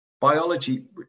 Biology